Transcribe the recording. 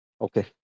Okay